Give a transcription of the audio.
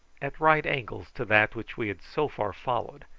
at right angles to that which we had so far followed,